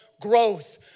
growth